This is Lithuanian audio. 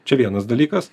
čia vienas dalykas